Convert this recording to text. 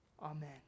Amen